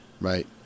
right